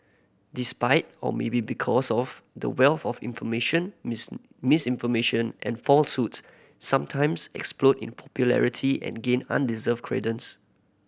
despite or maybe because of the wealth of information miss misinformation and falsehoods sometimes explode in popularity and gain undeserved credence